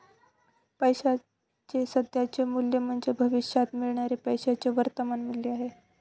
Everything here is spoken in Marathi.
पैशाचे सध्याचे मूल्य म्हणजे भविष्यात मिळणाऱ्या पैशाचे वर्तमान मूल्य आहे